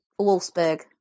Wolfsburg